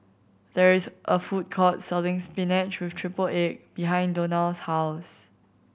there is a food court selling spinach with triple egg behind Donal's house